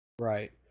right